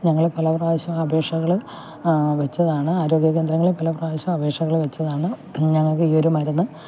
ഞങ്ങൾ പല പ്രാവശ്യം അപേക്ഷകൾ വെച്ചതാണ് ആരോഗ്യകേന്ദ്രങ്ങളിൽ പല പ്രാവശ്യം അപേക്ഷകൾ വെച്ചതാണ് ഞങ്ങൾക്ക് ഈ ഒരു മരുന്ന്